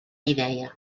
idea